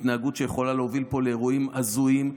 התנהגות שיכולה להוביל לאירועים הזויים.